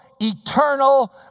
eternal